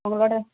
உங்களோடய